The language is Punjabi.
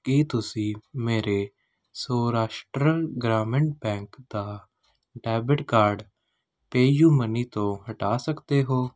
ਕੀ ਤੁਸੀਂਂ ਮੇਰੇ ਸੌਰਾਸ਼ਟਰ ਗ੍ਰਾਮੀਣ ਬੈਂਕ ਦਾ ਡੈਬਿਟ ਕਾਰਡ ਪੇਅਯੂਮਨੀ ਤੋਂ ਹਟਾ ਸਕਦੇ ਹੋ